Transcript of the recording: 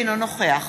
אינו נוכח